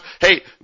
hey